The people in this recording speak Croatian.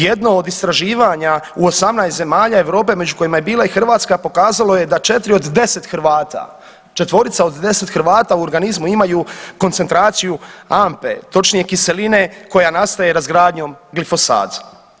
Jedno od istraživanja u 18 zemalja Europe među kojima je bila i Hrvatska pokazalo je da 4 od 10 Hrvata, četvorica od 10 Hrvata u organizmu imaju koncentraciju ampe, točnije kiseline koja nastaje razgradnjom glifosata.